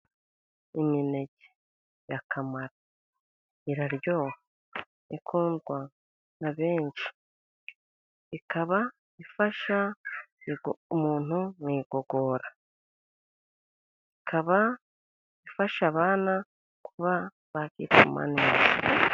Imineke ya kamara iraryoha, ikundwa na benshi. Ikaba ifasha umuntu mu igogora. Ikaba ifasha abana kuba bakwituma neza.